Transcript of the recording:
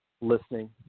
listening